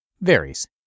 varies